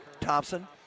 Thompson